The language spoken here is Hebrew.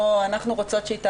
אנחנו רוצות שהיא תעבור.